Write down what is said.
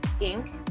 Inc